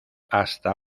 hasta